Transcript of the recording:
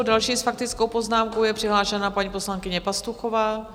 Další s faktickou poznámkou je přihlášena paní poslankyně Pastuchová.